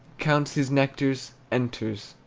counts his nectars enters,